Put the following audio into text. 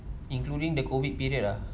including the COVID period ah